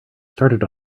started